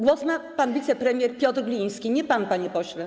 Głos ma pan wicepremier Piotr Gliński, nie pan, panie pośle.